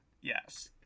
Yes